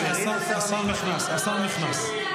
השר נכנס, השר נכנס.